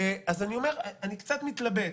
אז אני קצת מתלבט,